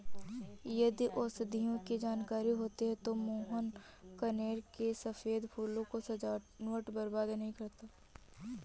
यदि औषधियों की जानकारी होती तो मोहन कनेर के सफेद फूलों को सजावट में बर्बाद नहीं करता